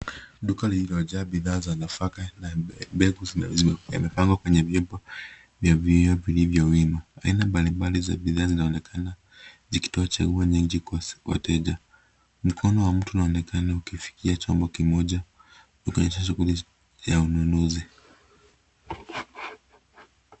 Duka lililo jaa bidhaa za nafaka na mbegu yamepangwa kwenye vyombo vya vioo vilivyo wima. Aina mbali za bidhaa zinaonekana zikitoa changuo nyingi kwa wateja mkono wa mtu unaonekana ukifikia chombo kimoja kuonyesha shughuli ya ununuzi.